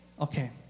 Okay